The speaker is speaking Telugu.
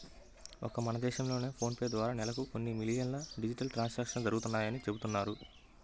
ఒక్క మన దేశంలోనే ఫోన్ పే ద్వారా నెలకు కొన్ని మిలియన్ల డిజిటల్ ట్రాన్సాక్షన్స్ జరుగుతున్నాయని చెబుతున్నారు